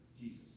Jesus